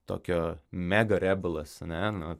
tokio mega rebls ane nu